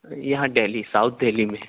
یہاں دہلی ساؤتھ دہلی میں ہے